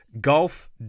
Golf